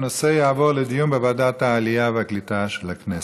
הנושא יעבור לדיון בוועדת העלייה והקליטה של הכנסת.